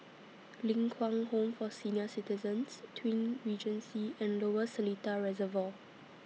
Ling Kwang Home For Senior Citizens Twin Regency and Lower Seletar Reservoir